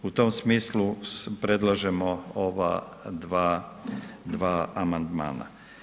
U tom smislu predlažemo ova dva amandmana.